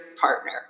partner